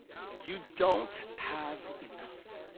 you don't have enough.